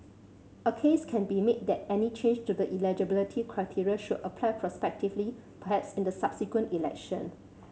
a case can be made that any change to the eligibility criteria should apply prospectively perhaps in the subsequent election